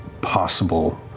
possible